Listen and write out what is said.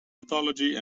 mythology